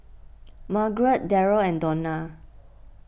Margarete Derrell and Donna